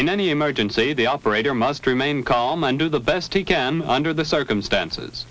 in any emergency the operator must remain calm and do the best he can under the circumstances